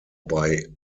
bei